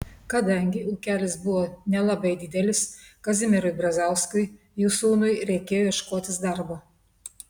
kadangi ūkelis buvo nelabai didelis kazimierui brazauskui jų sūnui reikėjo ieškotis darbo